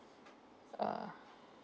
uh